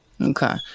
okay